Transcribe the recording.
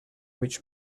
which